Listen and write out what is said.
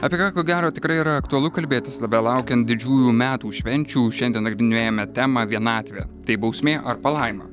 apie ką ko gero tikrai yra aktualu kalbėtis belaukiant didžiųjų metų švenčių šiandien nagrinėjame temą vienatvė tai bausmė ar palaima